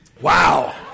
Wow